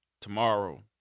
tomorrow